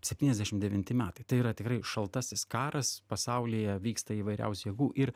septyniasdešim devinti metai tai yra tikrai šaltasis karas pasaulyje vyksta įvairiausių jėgų ir